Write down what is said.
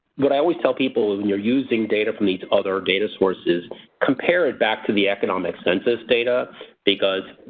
what i always tell people when you're using data from these other data sources compare it back to the economic census data because,